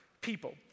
people